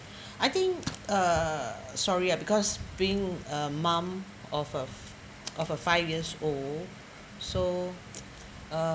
I think uh sorry ah because being a mum of of of a five years old so